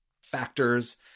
factors